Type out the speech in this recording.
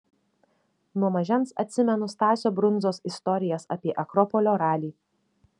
nuo mažens atsimenu stasio brundzos istorijas apie akropolio ralį